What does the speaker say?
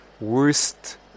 worst